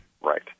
Right